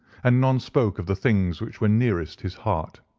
and none spoke of the things which were nearest his heart.